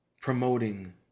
promoting